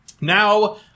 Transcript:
Now